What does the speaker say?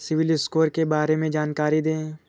CIBIL score के बारे में जानकारी दें?